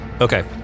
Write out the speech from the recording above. Okay